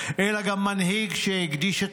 אלא גם מנהיג שהקדיש את